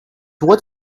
what